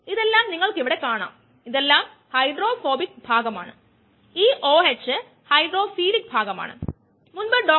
അതായത് ഒരു ബാച്ച് റിയാക്ടറിലെ സമയവുമായി ബന്ധപ്പെട്ട സബ്സ്ട്രേറ്റ് കോൺസെൻട്രേഷൻ